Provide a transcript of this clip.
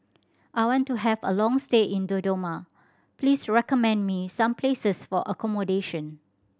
I want to have a long stay in Dodoma please recommend me some places for accommodation